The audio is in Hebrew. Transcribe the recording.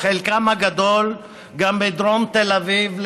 חלקם הגדול גם בדרום תל אביב,